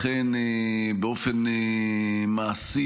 לכן באופן מעשי,